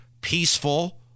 peaceful